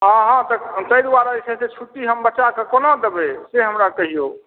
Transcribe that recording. हँ हँ तऽ ताहि दुआरे जे छै से छुट्टी हम बच्चाके कोना देबै से हमरा कहियो